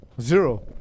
Zero